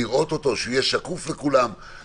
לראות שהוא יהיה שקוף לכולם,